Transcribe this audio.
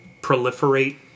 proliferate